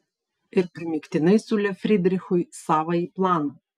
ir primygtinai siūlė frydrichui savąjį planą